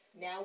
Now